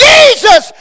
Jesus